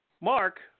Mark